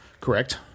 Correct